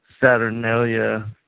Saturnalia